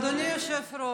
אדוני היושב-ראש,